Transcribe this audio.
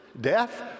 Death